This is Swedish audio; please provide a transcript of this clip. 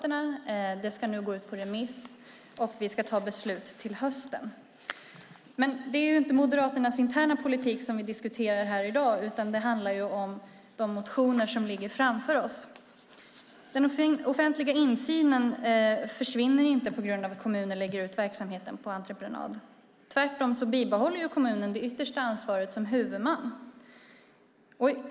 Förslaget ska nu gå ut på remiss, och vi ska fatta beslut till hösten. Men det är ju inte Moderaternas interna politik som vi diskuterar här i dag, utan det handlar om de motioner som ligger framför oss. Den offentliga insynen försvinner inte på grund av att en kommun lägger ut verksamhet på entreprenad. Tvärtom bibehåller kommunen det yttersta ansvaret som huvudman.